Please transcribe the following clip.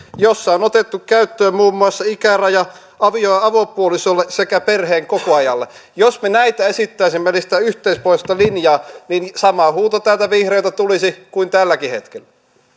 missä on otettu käyttöön muun muassa ikäraja avio ja avopuolisolle sekä perheenkokoajalle jos me näistä esittäisimme yhteispohjoismaista linjaa niin sama huuto täältä vihreiltä tulisi kuin tälläkin hetkellä